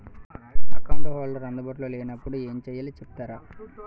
Account holder అందు బాటులో లే నప్పుడు ఎం చేయాలి చెప్తారా?